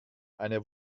eine